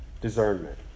discernment